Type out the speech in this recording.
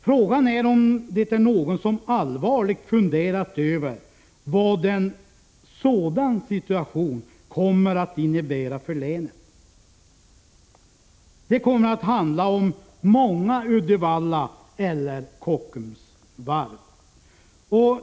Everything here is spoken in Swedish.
Frågan är om det är någon som allvarligt funderat över vad en sådan situation kommer att innebära för länet. Det kommer att handla om många Uddevallavarv eller Kockumsvarv.